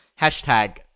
Hashtag